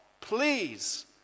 please